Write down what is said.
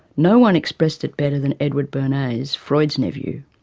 no-one expressed it better than edward bernays, freud's nephew,